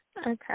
Okay